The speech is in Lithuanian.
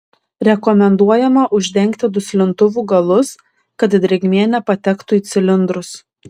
rekomenduojama uždengti duslintuvų galus kad drėgmė nepatektų į cilindrus